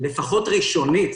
לפחות בהתחלה,